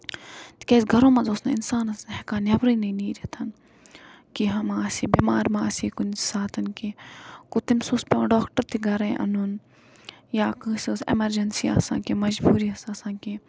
تِکیازِ گرو منٛز اوس نہٕ اِنسانَس ہٮ۪کان نیبرٕے نہٕ نیٖرِتھ کیٚنہہ مہ آسہِ ہے بٮ۪مار مہ آسہِ ہے کُنہِ ساتَن کینٛہہ گوٚو تٔمِس اوس پیوان ڈَاکٹر تہِ گرے اَنُن یا کٲنسہِ ٲس ایمرجیینسی آسان کیٚنہہ یا مجبوٗری ٲس آسان کیٚنہہ